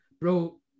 Bro